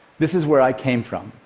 this is where i came from.